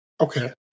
Okay